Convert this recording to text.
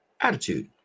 attitude